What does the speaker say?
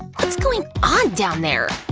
what's going on down there!